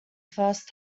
first